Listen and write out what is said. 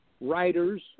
writers